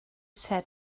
said